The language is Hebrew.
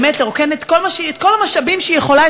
באמת לרוקן את כל המשאבים שהיא יכולה,